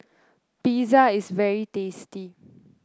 pizza is very tasty